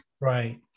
Right